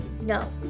no